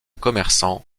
commerçants